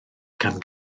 gan